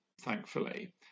thankfully